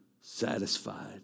satisfied